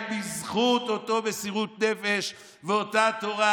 הם בזכות אותה מסירות נפש ואותה תורה.